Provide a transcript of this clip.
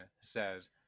says